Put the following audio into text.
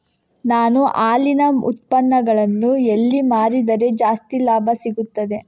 ನಾನು ಹಾಲಿನ ಉತ್ಪನ್ನಗಳನ್ನು ಎಲ್ಲಿ ಮಾರಿದರೆ ಜಾಸ್ತಿ ಲಾಭ ಸಿಗುತ್ತದೆ?